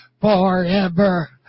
forever